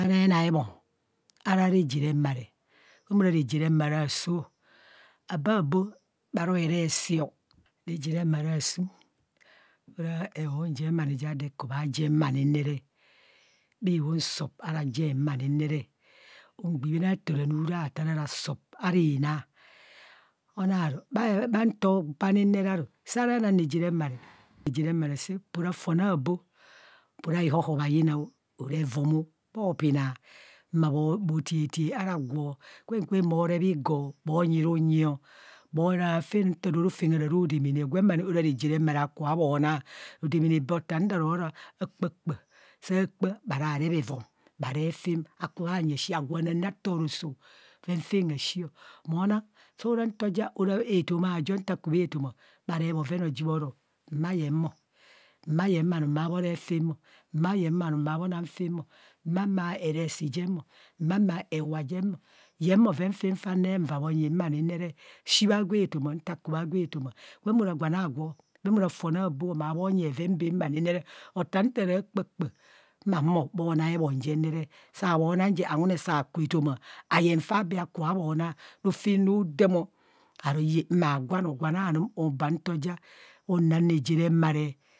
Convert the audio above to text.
Ere na ebom, araa reje remare, gwem ora reje remare aso ọ. Aba bo bha rong erasi. Reje remare asum ora ehuhun jem je ku bha jem ma ni re re, bhi huhun sub ara jem ma ni re re, ugba ibhen aato ranu rataa ara sub ara inaa. Onaru bhanto nira ru, saa ra nang reje remare, reje remara saa, opora fon abo opo ra bhihọhọ bha yina ọ opora evum ọ bho pina ma bha tiatia ara gwo kwem kwem bho rep igo, bho nyi runyi ọ, bho na afan nta rofem araa ro damana ọ, gwen ma ni ora reje remara okubho bho na. Odamana bhe ata nta ra kpakpa, saa kpa bha ra rep evom bha rep fạm bha kuba nyi ushe agwo a nam re tọọ roso bhoven fan hashi ọ mo nang soo ra nto ja ora etoma jo nta ku bha toma, bha rep bhoven bhaji bhorọ mma yem ọ mma yem anum maa bho rep fam ọ mma yem anum bha bho nang fam o. Mma maa eresi jem o, mma maa ewa jem o, yem bhoven fam faa rep nva bho nyim ma ni re re, shii bha gwo etoma nta gu bha gwo etoma, gwen ora gwan agwo, gwen ara fon a boọ maa bho nyi bheven bann nna ni re re, ota nta ra kpa kpa maa humo bho na ebom je nere. Saa bho na je awune saa ku etoma ayeng fa abee akubo bho na rofem rodam aro iye mmaa gwan, gwan anum oba nto ja unang reje remare.